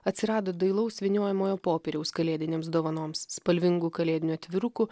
atsirado dailaus vyniojamojo popieriaus kalėdinėms dovanoms spalvingų kalėdinių atvirukų